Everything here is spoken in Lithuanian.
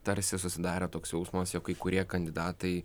tarsi susidarė toks jausmas jog kai kurie kandidatai